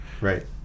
Right